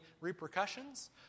repercussions